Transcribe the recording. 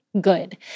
good